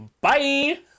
bye